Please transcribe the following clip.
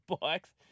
bikes